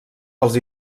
els